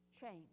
change